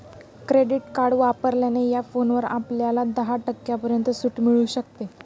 credit card वापरल्याने या फोनवर आपल्याला दहा टक्क्यांपर्यंत सूट मिळू शकते